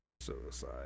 suicide